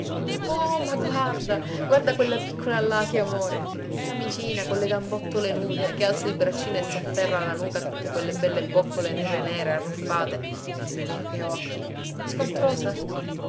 oh ma guarda guarda quella piccola là che amore in camicina con le gambottole nude che alza il braccino e s'afferra alla nuca tutte quelle belle boccole nere nere arruffate dio che occhi è scontrosa